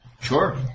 Sure